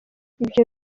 ibyo